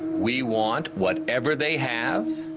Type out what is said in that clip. we want whatever they have,